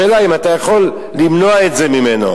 השאלה אם אתה יכול למנוע את זה ממנו.